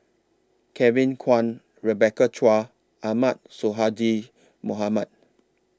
Kevin Kwan Rebecca Chua Ahmad Sonhadji Mohamad